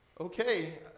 okay